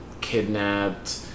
kidnapped